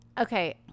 Okay